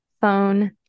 phone